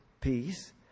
peace